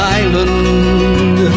island